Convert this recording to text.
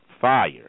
fire